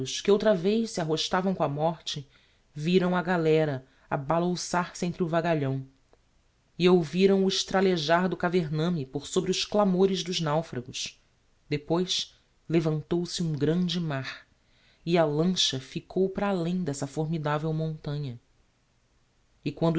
que outra vez se arrostavam com a morte viram a galera a balouçar se entre o vagalhão e ouviram o estralejar do cavername por sobre os clamores dos naufragos depois levantou-se um grande mar e a lancha ficou para além d'essa formidavel montanha e quando